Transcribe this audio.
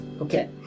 Okay